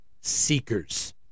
seekers